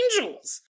angels